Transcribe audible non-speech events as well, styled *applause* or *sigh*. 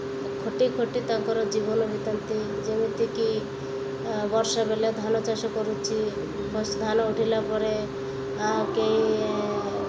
ଖଟି ଖଟି ତାଙ୍କର ଜୀବନ ବିତାନ୍ତି ଯେମିତିକି ବର୍ଷା ବେଳେ ଧାନ ଚାଷ କରୁଛି *unintelligible* ଧାନ ଉଠିଲା ପରେ *unintelligible*